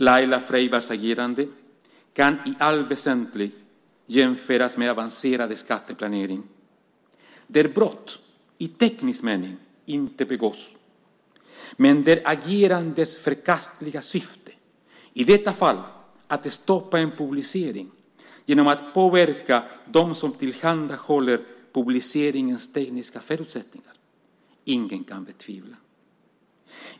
Laila Freivalds agerande kan i allt väsentligt jämföras med avancerad skatteplanering, där brott i teknisk mening inte begås men där agerandets förkastliga syfte, i detta fall att stoppa en publicering genom att påverka dem som tillhandahåller publiceringens tekniska förutsättningar, ingen kan betvivla.